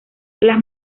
las